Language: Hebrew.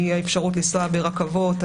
אי האפשרות לנסוע ברכבות,